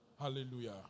Hallelujah